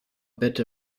bit